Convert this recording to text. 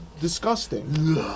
disgusting